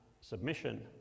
submission